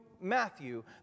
Matthew